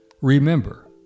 Remember